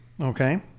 Okay